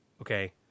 Okay